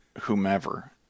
whomever